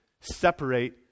separate